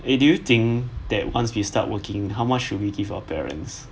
eh do you think that once we start working how much should we give our parents